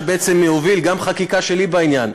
שבעצם הוביל גם חקיקה שלי בעניין,